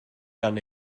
gan